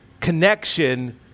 connection